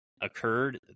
occurred